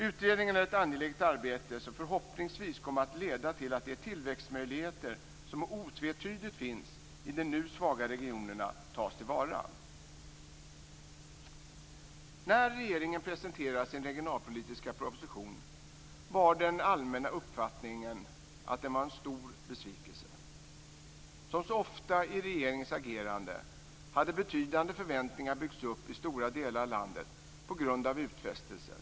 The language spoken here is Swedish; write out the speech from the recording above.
Utredningen är ett angeläget arbete, som förhoppningsvis kommer att leda till att de tillväxtmöjligheter som otvetydigt finns i de nu svaga regionerna tas till vara. När regeringen presenterade sin regionalpolitiska proposition var den allmänna uppfattningen att den var en stor besvikelse. Som så ofta i regeringens agerande hade betydande förväntningar byggts upp i stora delar av landet på grund av utfästelser.